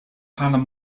hannah